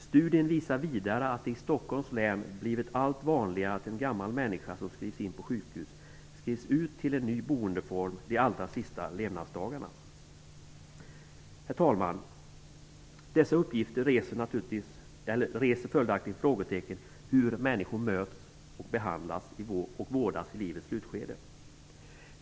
Studien visar vidare att det i Stockholms län blivit allt vanligare att en gammal människa som skrivs in på sjukhus skrivs ut till en ny boendeform under de allra sista levnadsdagarna. Dessa uppgifter föranleder följaktligen frågan om hur människor bemöts, behandlas och vårdas i livets slutskede.